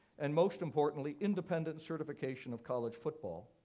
and, most importantly, independent certification of college football.